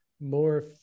more